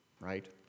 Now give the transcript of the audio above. right